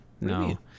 No